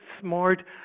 smart